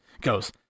goes